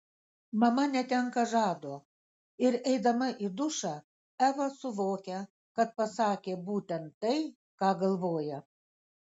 mama netenka žado ir eidama į dušą eva suvokia kad pasakė būtent tai ką galvoja